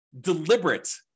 deliberate